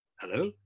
Hello